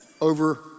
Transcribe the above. over